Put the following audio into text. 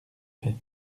fait